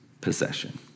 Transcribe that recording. possession